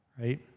right